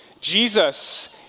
Jesus